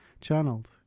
channeled